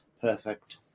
perfect